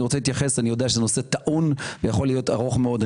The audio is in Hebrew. אני יודע שהנושא טעון ויכול להיות ארוך מאוד.